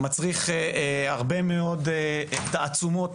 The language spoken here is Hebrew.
מצריכים הרבה מאוד תעצומות,